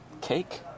cake